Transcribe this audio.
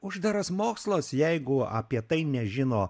uždaras mokslas jeigu apie tai nežino